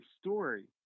story